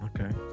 Okay